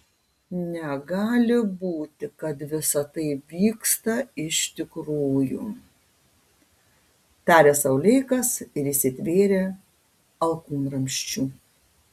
negali būti kad visa tai vyksta iš tikrųjų tarė sau leikas ir įsitvėrė alkūnramsčių